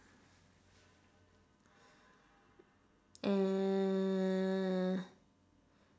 uh